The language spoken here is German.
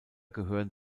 gehören